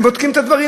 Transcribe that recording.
הם בודקים את הדברים,